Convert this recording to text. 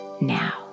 now